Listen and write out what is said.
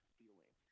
feeling